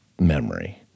memory